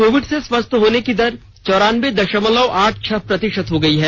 Covid से स्वस्थ होने की दर चौरानबे दशमलव आठ छह प्रतिशत हो गई है